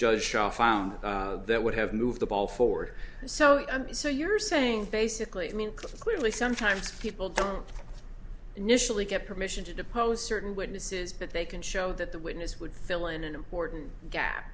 shall found that would have moved the ball forward so and so you're saying basically mean clearly sometimes people don't initially get permission to depose certain witnesses but they can show that the witness would fill an important gap